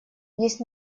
есть